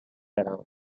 around